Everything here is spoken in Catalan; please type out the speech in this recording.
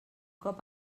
cop